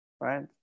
right